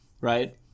Right